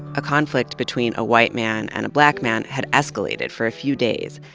a conflict between a white man and a black man had escalated for a few days,